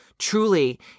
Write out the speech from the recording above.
truly